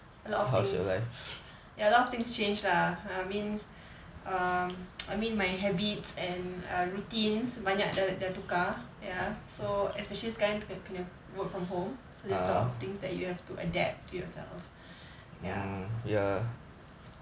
a lot of things ya a lot of things changed lah I mean um I mean my habits and err routines banyak dah tukar ya so especially sekarang kena work from home so that sort of things that you have to adapt to yourself ya